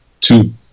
Two